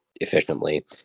efficiently